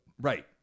Right